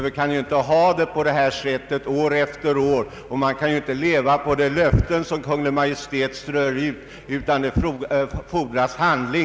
Vi kan inte ha det så här år efter år, och man kan inte leva på Kungl. Maj:ts löften, utan det fordras handling.